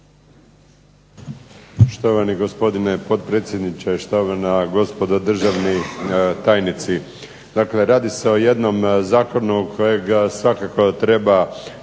Štovani gospodine potpredsjedniče, štovana gospodo državni tajnici. Dakle, radi se o jednom zakonu kojega svakako treba